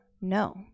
No